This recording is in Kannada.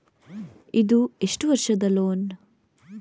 ಇದು ಎಷ್ಟು ವರ್ಷದ ಲೋನ್?